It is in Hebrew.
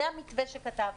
זה המתווה שכתבנו.